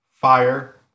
Fire